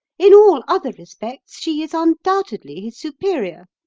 in all other respects she is undoubtedly his superior.